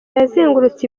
yazengurutse